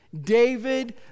David